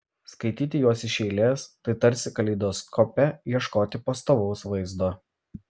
skaityti juos iš eilės tai tarsi kaleidoskope ieškoti pastovaus vaizdo